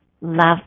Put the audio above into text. Love